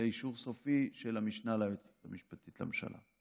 לאישור סופי של המשנה ליועצת המשפטית לממשלה.